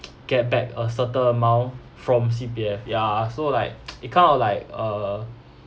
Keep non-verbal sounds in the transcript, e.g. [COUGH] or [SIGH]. get back a certain amount from C_P_F ya so like [NOISE] it kind of like uh